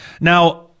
Now